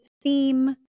theme